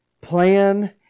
plan